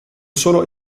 solo